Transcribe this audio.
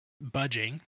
budging